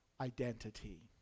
identity